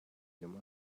you